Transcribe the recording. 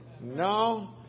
No